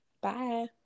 Bye